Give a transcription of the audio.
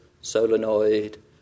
solenoid